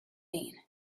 mean